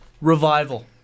Revival